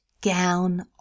Gown